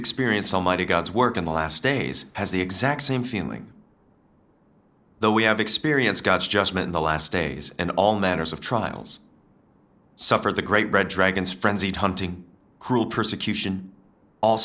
experience almighty god's work in the last days has the exact same feeling though we have experience god's judgment in the last days and all manners of trials suffered the great red dragons frenzied hunting cruel persecution all